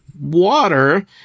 water